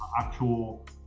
actual